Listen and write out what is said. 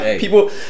people